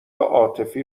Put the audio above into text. عاطفی